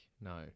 No